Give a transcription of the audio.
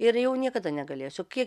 ir jau niekada negalėsiu kiek